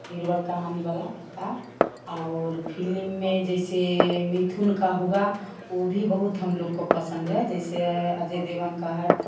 बीरबल कहानी वाला किताब और फिलिम में जैसे मिथुन का हुआ वह भी बहुत हम लोग को पसंद है जैसे अजय देवगन का है